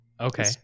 Okay